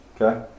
Okay